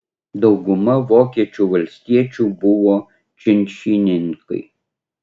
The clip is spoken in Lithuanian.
dauguma vokiečių valstiečių buvo činšininkai